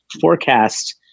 forecast